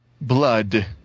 blood